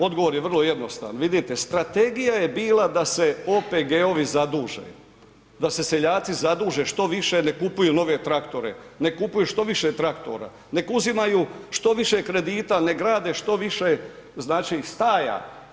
Odgovor je vrlo jednostavan, vidite, strategija je bila da se OPG-ovi zaduže, da se seljaci zaduže što više nek kupuju nove traktore, nek kupuju što više traktora, nek uzimaju što više kredita, nek grade što više staja.